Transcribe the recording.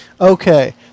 Okay